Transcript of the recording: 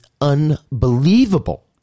unbelievable